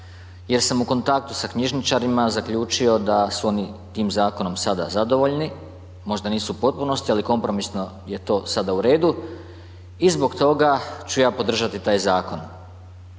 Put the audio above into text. jer sam u kontaktu sa knjižničarima zaključio da su oni tim zakonom sada zadovoljni, možda nisu u potpunosti, ali kompromisno je to sada u redu i zbog toga ću ja podržati taj zakon.